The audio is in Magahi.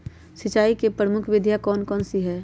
सिंचाई की प्रमुख विधियां कौन कौन सी है?